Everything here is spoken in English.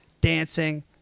dancing